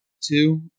two